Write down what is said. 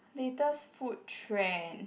latest food trend